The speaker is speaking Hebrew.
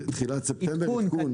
תחילת ספטמבר עדכון כן.